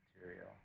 Material